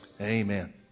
Amen